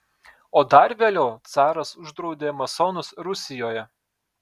o dar vėliau caras uždraudė masonus rusijoje